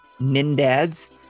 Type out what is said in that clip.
Nindads